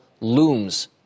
looms